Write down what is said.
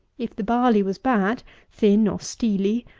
if the barley was bad thin, or steely,